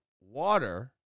water